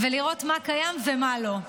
לראות מה קיים ומה לא.